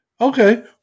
Okay